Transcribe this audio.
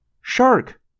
shark